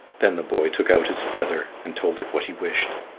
then the boy took out his feather, and told it what he wished.